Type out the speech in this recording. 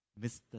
Mr